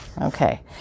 Okay